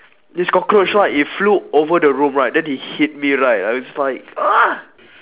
this cockroach right it flew over the room right then it hit me right then I was like ugh